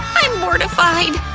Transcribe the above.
i'm mortified!